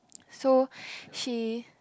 so she